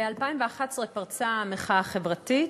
ב-2011 פרצה המחאה החברתית.